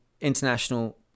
international